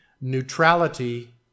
Neutrality